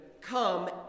Come